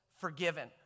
forgiven